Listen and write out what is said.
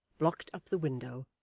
blocked up the window,